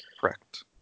Correct